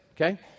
Okay